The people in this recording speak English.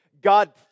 God